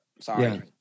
Sorry